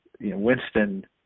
Winston